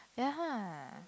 ya